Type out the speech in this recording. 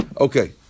Okay